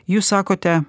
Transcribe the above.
jūs sakote